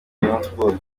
y’amashuri